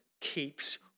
keeps